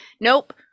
nope